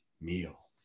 meal